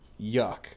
Yuck